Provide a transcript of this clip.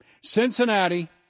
Cincinnati